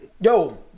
Yo